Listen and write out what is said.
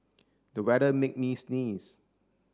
the weather made me sneeze